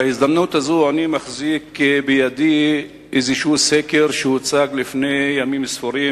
בהזדמנות זו אני מחזיק בידי סקר שהוצג לפני ימים ספורים,